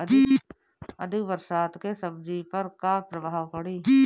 अधिक बरसात के सब्जी पर का प्रभाव पड़ी?